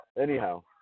Anyhow